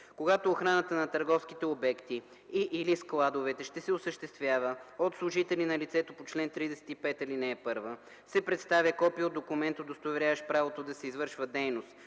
когато охраната на търговските обекти и/или складовете ще се осъществява от служители на лицето по чл. 35, ал. 1, се представя копие от документ, удостоверяващ правото да се извършва дейност